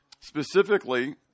specifically